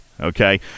okay